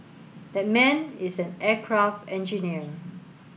that man is an aircraft engineer